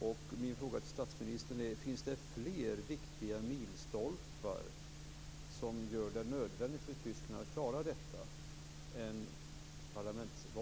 Min fråga till statsministern är: Finns det fler viktiga milstolpar än parlamentsvalet som gör det nödvändigt för Tyskland att klara detta?